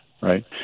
right